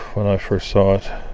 when i first saw it